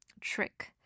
trick